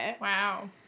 Wow